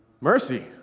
Mercy